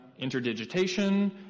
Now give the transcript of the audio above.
interdigitation